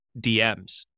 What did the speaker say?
DMs